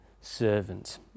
servant